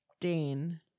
Dane